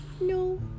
No